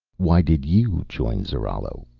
why did you join zarallo?